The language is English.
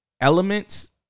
elements